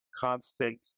constant